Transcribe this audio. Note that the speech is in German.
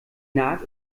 naht